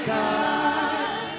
God